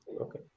Okay